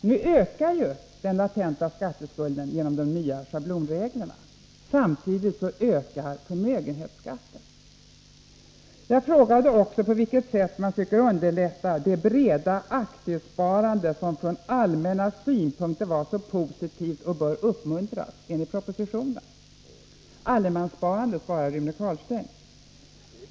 Nu ökar ju den latenta skatteskulden genom de nya schablonreglerna, samtidigt som förmögenhetsskatten ökar. Jag frågade vidare på vilket sätt man söker underlätta det breda aktiesparande som från allmänna synpunkter var så positivt och borde uppmuntras, enligt propositionen. Allemanssparandet, svarar Rune Carlstein.